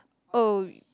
oh